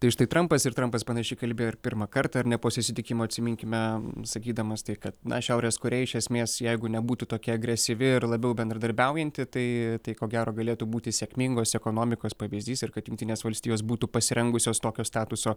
tai štai trampas ir trampas panašiai kalbėjo ir pirmą kartą ar ne po susitikimo atsiminkime sakydamas tai kad na šiaurės korėja iš esmės jeigu nebūtų tokia agresyvi ir labiau bendradarbiaujanti tai tai ko gero galėtų būti sėkmingos ekonomikos pavyzdys ir kad jungtinės valstijos būtų pasirengusios tokio statuso